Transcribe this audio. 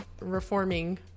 reforming